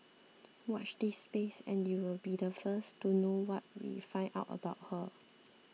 watch this space and you'll be the first to know what we find out about her